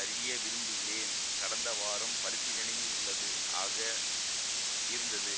அறிய விரும்புகிறேன் கடந்த வாரம் பரிசீலனையில் உள்ளது ஆக இருந்தது